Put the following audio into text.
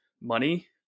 money